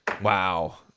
Wow